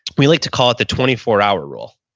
we like to call it the twenty four hour rule.